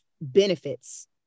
benefits